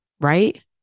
right